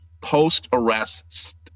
post-arrest